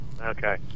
Okay